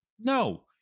No